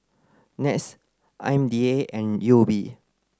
NETS I M D A and U O B